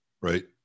Right